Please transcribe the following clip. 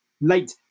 late